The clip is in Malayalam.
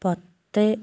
പത്ത്